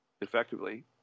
effectively